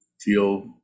feel